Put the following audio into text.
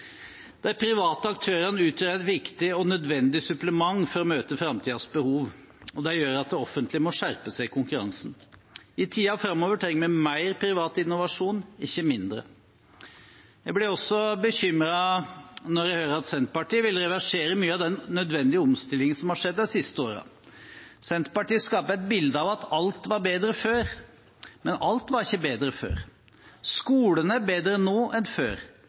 De private aktørene utgjør et viktig og nødvendig supplement for å møte framtidens behov, og de gjør at det offentlige må skjerpe seg i konkurransen. I tiden framover trenger vi mer privat innovasjon, ikke mindre. Jeg blir også bekymret når jeg hører at Senterpartiet vil reversere mye av den nødvendige omstillingen som har skjedd de siste årene. Senterpartiet skaper et bilde av at alt var bedre før, men alt var ikke bedre før. Skolene er bedre nå enn før,